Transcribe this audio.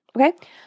Okay